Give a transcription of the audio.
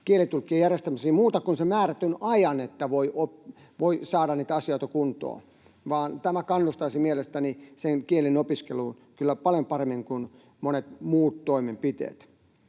kielitulkkien järjestämiseen muuta kuin sen määrätyn ajan, että voi saada niitä asioita kuntoon. Tämä kannustaisi mielestäni kielen opiskeluun kyllä paljon paremmin kuin monet muut toimenpiteet.